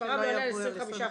מספרם לא יעלה על 25%",